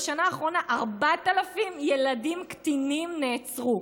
בשנה האחרונה 4,000 ילדים קטינים נעצרו,